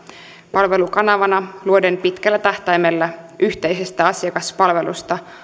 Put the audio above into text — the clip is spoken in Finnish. palvelukanavana luoden pitkällä tähtäimellä yhteisestä asiakaspalvelusta